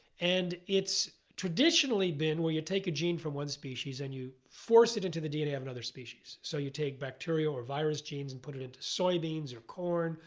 and it's traditionally been where you take a gene from one species and you force it into the dna of another species. so you take bacterial or virus genes and put it into soybeans, or corn,